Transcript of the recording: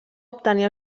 obtenir